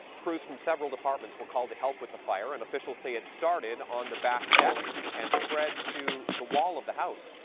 crews from several departments were called to help with the fire, and officials say it started on the back deck and spread to the wall of the house.